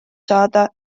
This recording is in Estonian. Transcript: saada